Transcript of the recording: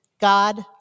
God